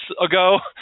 ago